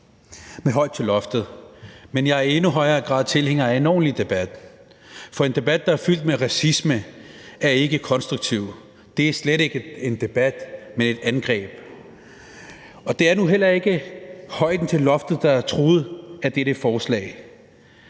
med højt til loftet, men jeg er i endnu højere grad tilhænger af en ordentlig debat, for en debat, der er fyldt med racisme, er ikke konstruktiv – et angreb er slet ikke en debat. Og det er nu heller ikke højden til loftet, der er truet af dette forslag